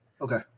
Okay